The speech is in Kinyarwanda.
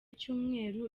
cyumweru